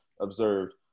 observed